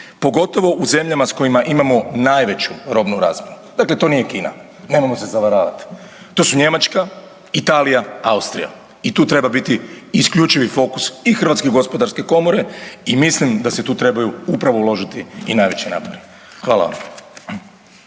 pogotovo u zemljama s kojima imamo najveću robnu razmjenu. Dakle, to nije Kina nemojmo se zavaravat, to su Njemačka, Italija, Austrija i tu treba biti isključivi fokus i HGK i mislim da se tu trebaju upravo uložiti i najveći napori. Hvala vam.